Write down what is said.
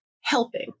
helping